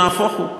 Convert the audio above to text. נהפוך הוא,